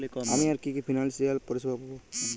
আমি আর কি কি ফিনান্সসিয়াল পরিষেবা পাব?